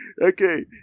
Okay